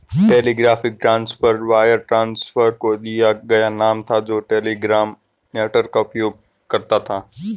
telegraphic transfer wire transfer को दिया गया नाम था जो टेलीग्राफ नेटवर्क का उपयोग करता था